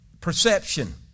perception